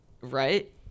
Right